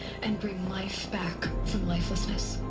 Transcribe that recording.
and bring life back, from lifelessness